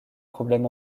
problème